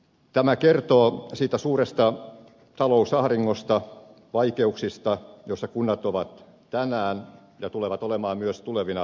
tämä kertoo siitä suuresta talousahdingosta vaikeuksista joissa kunnat ovat tänään ja tulevat olemaan myös tulevina vuosina